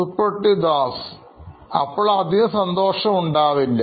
Suprativ Das CTO Knoin Electronics അപ്പോൾ അധികം സന്തോഷം ഉണ്ടാവില്ല